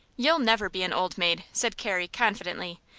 you'll never be an old maid, said carrie, confidently.